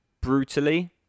brutally